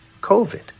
COVID